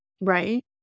Right